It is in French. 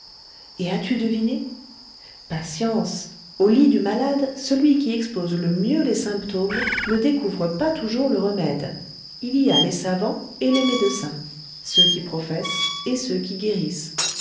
et as-tu deviné patience au lit du malade celui qui expose le mieux les symptômes ne découvre pas toujours le remède il y a les savants et les médecins ceux qui professent et ceux qui guérissent